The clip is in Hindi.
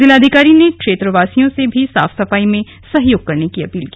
जिलाधिकारी ने क्षेत्रवासियों से भी साफ सफाई में सहयोग करने की अपील की